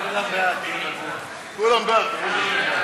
רפואי), התשע"ז 2016, לוועדת העבודה,